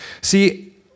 See